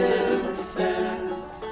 infant